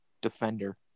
defender